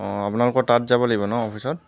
অ' আপোনালোকৰ তাত যাব লাগিব ন অফিচত